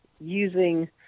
using